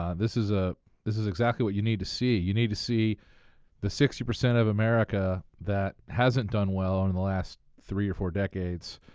ah this is ah this is exactly what you need to see. you need to see the sixty percent of america that hasn't done well and in the last three or four decades.